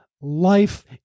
life